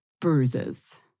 bruises